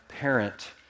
parent